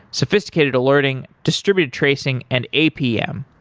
sophisticated alerting, distributed tracing and apm.